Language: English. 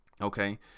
okay